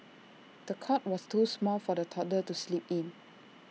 the cot was too small for the toddler to sleep in